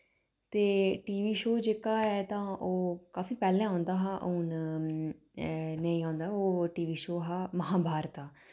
ते TV show जेह्का है तां ओ काफी पैह्लें औंदा हा ते हुन नेईं औंदा ओह् टीवी शो हा महाभारत